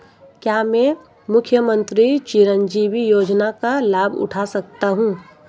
क्या मैं मुख्यमंत्री चिरंजीवी योजना का लाभ उठा सकता हूं?